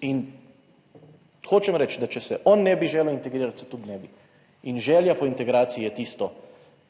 In, hočem reči, da če se on ne bi želel integrirati, se tudi ne bi in želja po integraciji je tisto,